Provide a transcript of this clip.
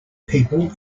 people